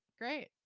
Great